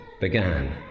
began